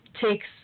takes